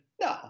no